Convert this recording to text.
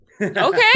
okay